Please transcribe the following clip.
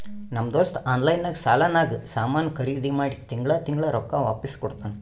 ನಮ್ ದೋಸ್ತ ಆನ್ಲೈನ್ ನಾಗ್ ಸಾಲಾನಾಗ್ ಸಾಮಾನ್ ಖರ್ದಿ ಮಾಡಿ ತಿಂಗಳಾ ತಿಂಗಳಾ ರೊಕ್ಕಾ ವಾಪಿಸ್ ಕೊಡ್ತಾನ್